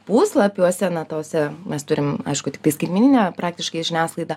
puslapiuose na tose mes turim aišku tiktai skaitmeninę praktiškai žiniasklaidą